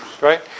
right